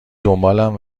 دنبالم